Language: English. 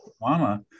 mama